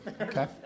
okay